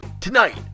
Tonight